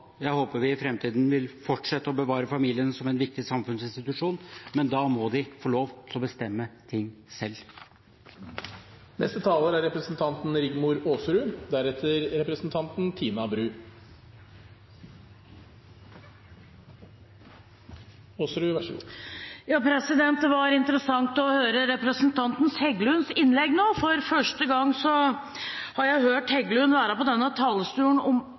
Jeg håper vi i framtiden vil fortsette å bevare familiene som en viktig samfunnsinstitusjon. Men da må de få lov til å bestemme ting selv. Det var interessant å høre representanten Heggelunds innlegg nå. For første gang har jeg hørt Heggelund være på denne talerstolen